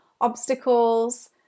obstacles